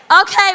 Okay